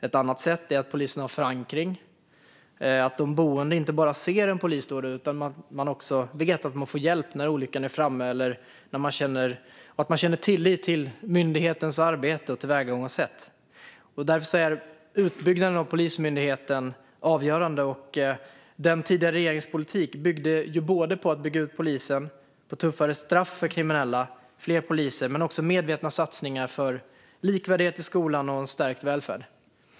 Ett annat sätt är att polisen har förankring - att de boende inte bara ser en polis som står där utan också vet att de får hjälp när olyckan är framme och känner tillit till myndighetens arbete och tillvägagångssätt. Därför är utbyggnaden av Polismyndigheten avgörande. Den tidigare regeringens politik byggde på att bygga ut polisen samt på tuffare straff för kriminella och fler poliser men också på medvetna satsningar för likvärdighet i skolan och en stärkt välfärd.